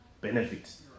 benefits